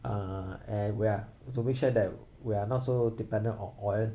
uh and we are to make sure that we are not so dependent on oil